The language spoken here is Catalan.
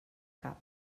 cap